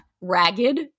ragged